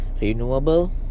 renewable